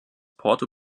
porto